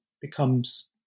becomes